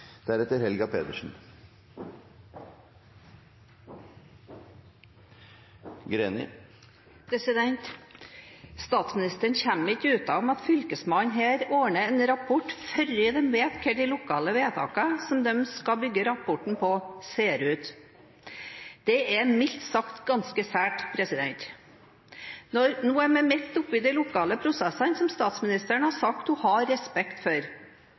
Statsministeren kommer ikke utenom at Fylkesmannen her ordner en rapport før de vet hvordan de lokale vedtakene som de skal bygge rapporten på, ser ut. Det er mildt sagt ganske sært. Nå er vi midt oppe i de lokale prosessene, som statsministeren har sagt hun har respekt for.